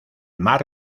mar